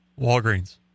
Walgreens